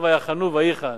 לא "ויחנו", "ויחן".